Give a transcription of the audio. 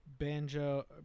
Banjo